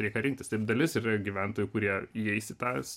reikia rinktis taip dalis yra gyventojų kurie įeis į tas